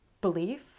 belief